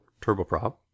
turboprop